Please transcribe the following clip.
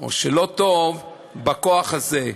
או לא טוב בכוח הזה.